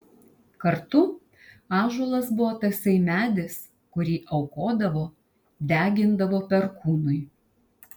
kartu ąžuolas buvo tasai medis kurį aukodavo degindavo perkūnui